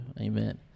amen